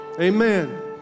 Amen